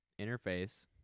interface